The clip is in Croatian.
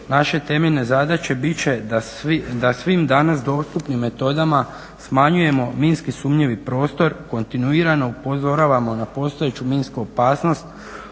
naše temeljne zadaće bit će da svim danas dostupnim metodama smanjujemo minski sumnjivi prostor, kontinuirano upozoravamo na postojeću minsku opasnost,